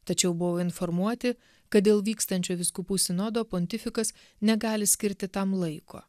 tačiau buvo informuoti kad dėl vykstančio vyskupų sinodo pontifikas negali skirti tam laiko